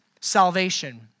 salvation